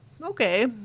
Okay